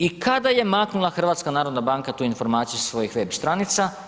I kada je maknula HNB tu informaciju sa svojih web stranica?